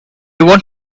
want